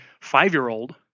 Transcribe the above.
five-year-old